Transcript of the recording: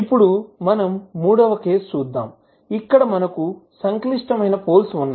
ఇప్పుడు మనము మూడవ కేసు చూద్దాం ఇక్కడ మనకు సంక్లిష్ట పోల్స్ ఉన్నాయి